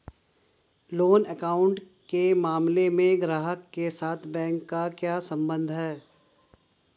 Loan account के मामले में ग्राहक के साथ बैंक का क्या संबंध है?